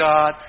God